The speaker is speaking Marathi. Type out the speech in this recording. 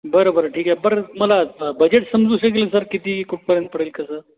बरं बरं ठीक आहे पर मला बजेट समजू शकेल सर कितीपर्यंत कुठं पडेल कसं